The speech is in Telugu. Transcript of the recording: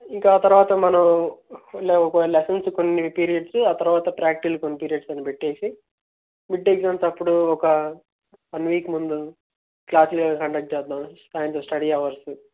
ఇంకా ఆ తర్వాత మనం లెసెన్సు కొన్ని పీరియడ్స్ ఆ తర్వాత ప్రాక్టికల్ కొన్ని పీరియడ్స్ అని పెట్టేసి మిడ్ ఎగ్జామ్స్ అప్పుడు ఒక వన్ వీక్ ముందు క్లాస్లు కండక్ట్ చేద్దాం సాయంత్రం స్టడీ అవర్సు